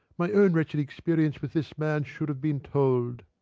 my own wretched experience with this man should have been told.